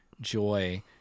joy